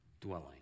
dwelling